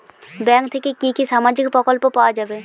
Bank থেকে কি কি সামাজিক প্রকল্প পাওয়া যাবে?